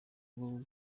bwo